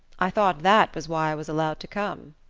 i thought that was why i was allowed to come.